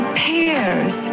pairs